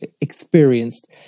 experienced